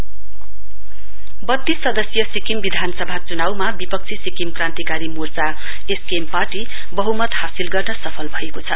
election लिइड बत्तीस सदस्यीय सिक्किम विधानसभा चुनाउमा विपक्षी सिक्किम क्रान्तिकारी मोर्चा एसकेएम पार्टी वह्मत हासिल गर्न सफल भएको छ